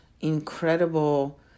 incredible